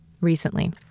recently